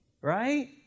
right